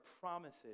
promises